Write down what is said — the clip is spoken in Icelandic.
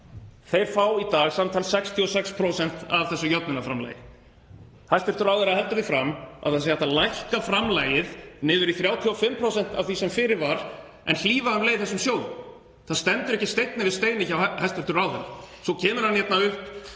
hlífa fá í dag samtals 66% af þessum jöfnunarframlagi. Hæstv. ráðherra heldur því fram að það sé hægt að lækka framlagið niður í 35% af því sem fyrir var en hlífa um leið þessum sjóðum. Það stendur ekki steinn yfir steini hjá hæstv. ráðherra. Svo kemur hann hérna upp